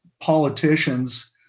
politicians